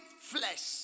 flesh